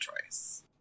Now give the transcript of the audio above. choice